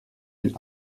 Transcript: den